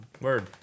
Word